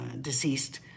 deceased